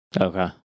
Okay